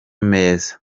meza